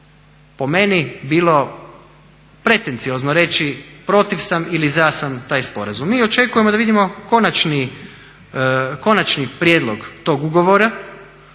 po meni bilo pretenciozno reći protiv sam ili za sam sporazum. Mi očekujemo da vidimo konačni prijedlog tog ugovora,